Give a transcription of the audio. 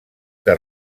que